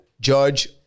judge